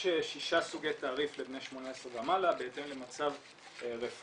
יש ששה סוגי תעריף לבני 18 ומעלה בהתאם למצב רפואי: